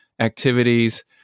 activities